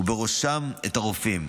ובראשם הרופאים,